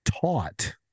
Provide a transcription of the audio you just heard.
taught